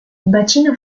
bacino